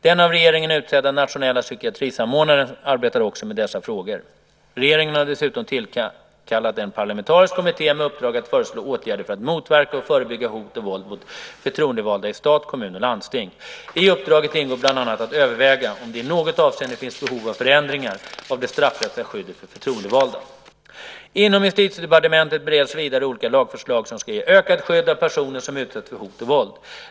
Den av regeringen utsedda nationella psykiatrisamordnaren arbetar också med dessa frågor. Regeringen har dessutom tillkallat en parlamentarisk kommitté med uppdrag att föreslå åtgärder för att motverka och förebygga hot och våld mot förtroendevalda i stat, kommun och landsting. I uppdraget ingår bland annat att överväga om det i något avseende finns behov av förändring av det straffrättsliga skyddet för förtroendevalda. Inom Justitiedepartementet bereds vidare olika lagförslag som ska ge ökat skydd av personer som utsätts för hot och våld.